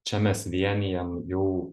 čia mes vienijam jau